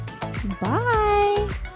Bye